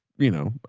you know,